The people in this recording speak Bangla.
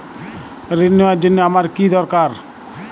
ঋণ নেওয়ার জন্য আমার কী দরকার?